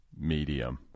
medium